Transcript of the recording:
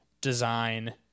design